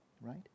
Right